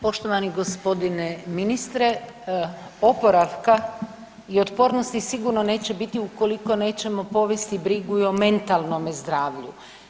Poštovani gospodine ministre, oporavka i otpornosti sigurno neće biti ukoliko nećemo povesti brigu i o mentalnome zdravlju.